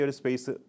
space